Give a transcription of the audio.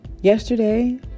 Yesterday